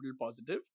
positive